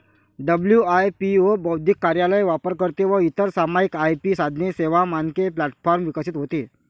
WIPO बौद्धिक कार्यालय, वापरकर्ते व इतर सामायिक आय.पी साधने, सेवा, मानके प्लॅटफॉर्म विकसित होते